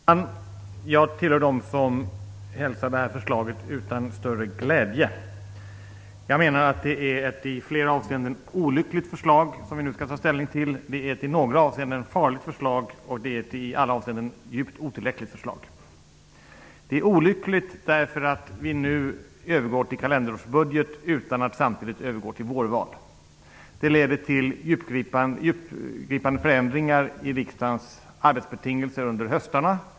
Herr talman! Jag tillhör dem som hälsar detta förslag utan någon större glädje. Jag menar att det är ett i flera avseenden olyckligt förslag som vi nu skall ta ställning till. I några avseenden är det ett farligt förslag. I alla avseenden är det ett djupt otillräckligt förslag. Förslaget är olyckligt därför att det innebär att vi nu skall övergå till kalenderårsbudget utan att samtidigt övergå till vårval. Det kommer att leda till djupgående förändringar i riksdagens arbetsbetingelser under höstarna.